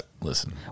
Listen